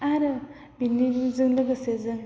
आरो बेजों लोगोसे जों